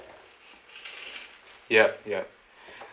yup yup